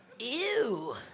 Ew